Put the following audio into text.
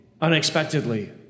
unexpectedly